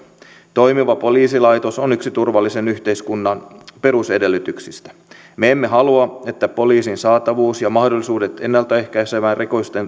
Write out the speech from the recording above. toimiva poliisilaitos on yksi turvallisen yhteiskunnan perusedellytyksistä me emme halua että poliisin saatavuus ja mahdollisuudet ennalta ehkäisevään